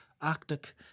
Arctic